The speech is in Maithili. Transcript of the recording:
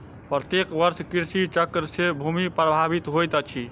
प्रत्येक वर्ष कृषि चक्र से भूमि प्रभावित होइत अछि